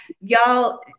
y'all